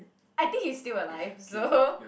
I think he's still alive so